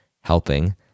helping